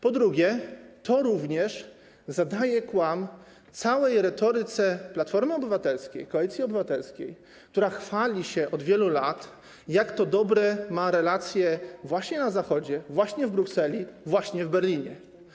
Po drugie, to również zadaje kłam całej retoryce Platformy Obywatelskiej, Koalicji Obywatelskiej, która chwali się od wielu lat, jak to dobre ma relacje właśnie na Zachodzie, właśnie w Brukseli, właśnie w Berlinie.